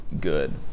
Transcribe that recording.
Good